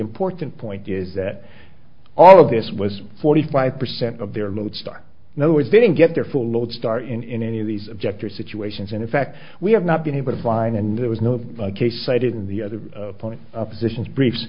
important point is that all of this was forty five percent of their lodestar no it didn't get their full lodestar in in any of these objector situations and in fact we have not been able to find and there was no case cited in the other point positions briefs